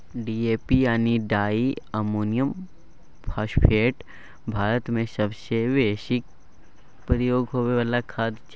DAP यानी di ammonium phosphate भारतमे सबसँ बेसी प्रयोग होइ बला खाद छै